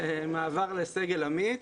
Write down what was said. ומעבר לסגל עמית